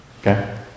Okay